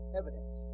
evidence